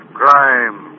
crime